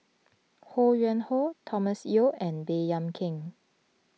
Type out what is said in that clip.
Ho Yuen Hoe Thomas Yeo and Baey Yam Keng